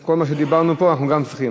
כל מה שדיברנו פה, אנחנו גם צריכים.